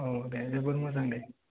औ दे जोबोर मोजां दे